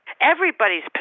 Everybody's